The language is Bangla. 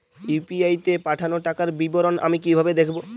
ইউ.পি.আই তে পাঠানো টাকার বিবরণ আমি কিভাবে দেখবো?